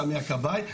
סמי הכבאי,